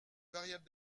variable